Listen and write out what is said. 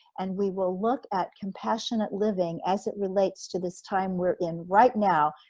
and we will look at compassionate living as it relates to this time we're in right now,